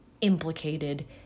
implicated